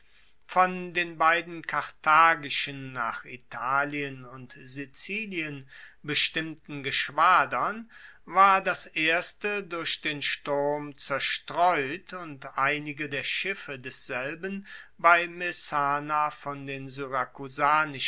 von den beiden karthagischen nach italien und sizilien bestimmten geschwadern war das erste durch den sturm zerstreut und einige der schiffe desselben bei messana von den